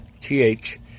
th